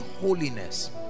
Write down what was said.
holiness